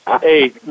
Hey